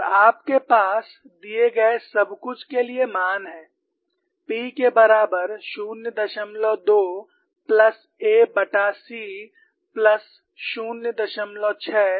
और आपके पास दिए गए सब कुछ के लिए मान हैं p के बराबर 02 प्लस ac प्लस 06 aB